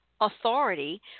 authority